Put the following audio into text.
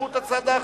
לזכות הצד האחר.